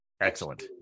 Excellent